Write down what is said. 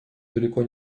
далеко